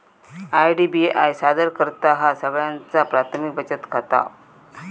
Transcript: IDBI सादर करतहा सगळ्यांचा प्राथमिक बचत खाता